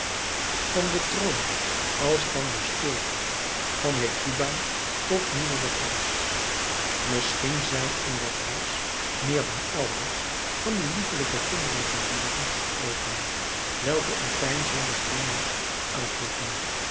van den troon als van de stulp van hecuba tot moeder de gans misschien zijn in dat huis meer dan elders van die liefelijke kinderlijke woorden gesproken welke een peinzenden glimlach uitlokken